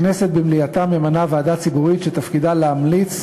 הכנסת במליאתה ממנה ועדה ציבורית שתפקידה להמליץ